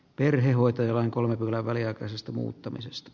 perhehoitaja vain kolme väliaikaisesta muuttamisesta